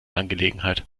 angelegenheit